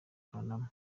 kanama